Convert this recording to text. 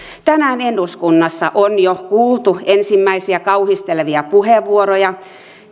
tänään eduskunnassa on jo kuultu ensimmäisiä kauhistelevia puheenvuoroja